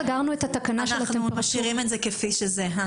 אנחנו משאירים את זה כפי שזה.